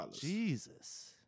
Jesus